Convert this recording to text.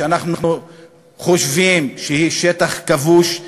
שאנחנו חושבים שהוא שטח כבוש,